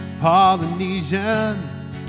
Polynesian